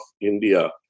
India